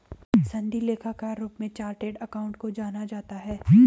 सनदी लेखाकार के रूप में चार्टेड अकाउंटेंट को जाना जाता है